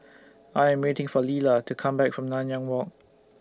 I Am waiting For Leala to Come Back from Nanyang Walk